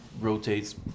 Rotates